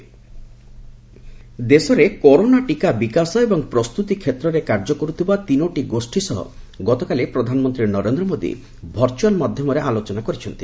PM vaccine ଦେଶରେ corona ଟୀକା ବିକାଶ ଏବଂ ପ୍ରସ୍ତୁତି କ୍ଷେତ୍ରରେ କାର୍ଯ୍ୟ କର୍ତ୍ରିଥିବା ତିନୋଟି ଗୋଷ୍ଠୀ ସହ ଗତକାଲି ପ୍ରଧାନମନ୍ତ୍ରୀ ନରେନ୍ଦ୍ର ମୋଦୀ ଭର୍ଚ୍ଚଆଲ୍ ମାଧ୍ୟମରେ ଆଲୋଚନା କରିଛନ୍ତି